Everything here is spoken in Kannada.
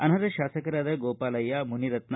ಅನರ್ಹ ಶಾಸಕರಾದ ಗೋಪಾಲಯ್ಲ ಮುನಿರತ್ನ